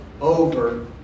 over